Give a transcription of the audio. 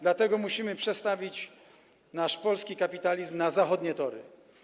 Dlatego musimy przestawić nasz polski kapitalizm na zachodnie tory.